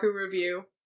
review